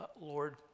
Lord